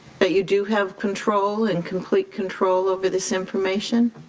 that you do have control, and complete control over this information?